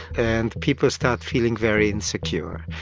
and people start feeling very insecure.